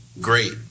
great